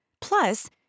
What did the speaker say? Plus